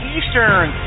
Eastern